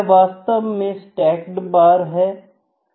यह वास्तव में स्टैक्ड बार है